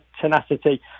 tenacity